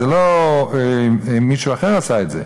לא מישהו אחר עשה את זה,